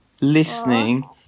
listening